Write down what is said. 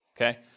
okay